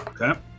Okay